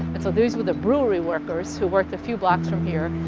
and so these were the brewery workers who worked a few blocks from here,